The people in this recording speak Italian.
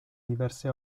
diverse